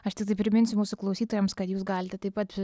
aš tiktai priminsiu mūsų klausytojams kad jūs galite taip pat